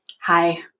Hi